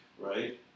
right